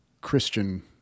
Christian